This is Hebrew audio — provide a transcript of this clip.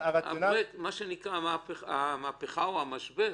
המהפכה או המשבר?